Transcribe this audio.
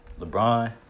LeBron